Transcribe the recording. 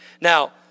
Now